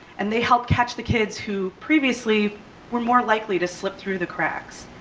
and they help catch the kids who previously were more likely to slip through the cracks.